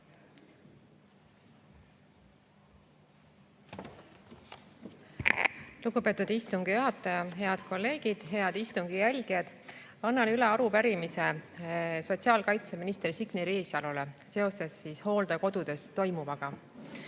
Lugupeetud istungi juhataja! Head kolleegid! Head istungi jälgijad! Annan üle arupärimise sotsiaalkaitseminister Signe Riisalole seoses hooldekodudes toimuvaga.